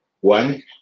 One